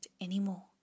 anymore